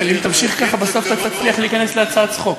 אם תמשיך ככה בסוף תצליח להיכנס ל"הצעת צחוק".